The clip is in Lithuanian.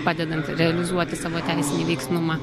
padedant realizuoti savo teisinį veiksnumą